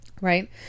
Right